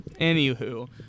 anywho